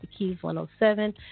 thekeys107